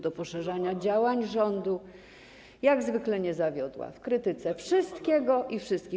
do poszerzania działań rządu, jak zwykle nie zawiodła w krytyce wszystkiego i wszystkich.